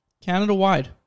Canada-wide